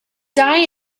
die